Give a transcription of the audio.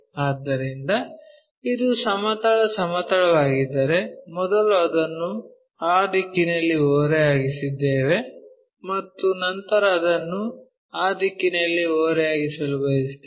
ಆದ್ದರಿಂದ ಇದು ಸಮತಲ ಸಮತಲವಾಗಿದ್ದರೆ ಮೊದಲು ಅದನ್ನು ಆ ದಿಕ್ಕಿನಲ್ಲಿ ಓರೆಯಾಗಿಸಿದ್ದೇವೆ ಮತ್ತು ನಂತರ ಅದನ್ನು ಆ ದಿಕ್ಕಿನಲ್ಲಿ ಓರೆಯಾಗಿಸಲು ಬಯಸುತ್ತೇವೆ